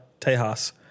Tejas